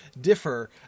differ